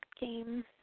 game